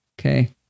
Okay